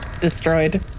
destroyed